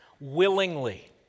willingly